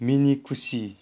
मिनि खुसि